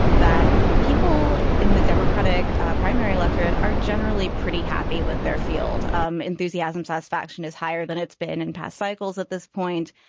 that people in the democratic primary electorate are generally pretty happy with their field um enthusiasm. satisfaction is higher than it's been in past cycles at this point.